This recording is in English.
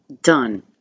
done